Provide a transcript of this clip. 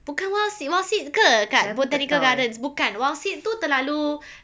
bukan Wildseed Wildseed ke kat botanical gardens bukan Wildseed tu terlalu